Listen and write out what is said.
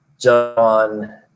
John